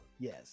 Yes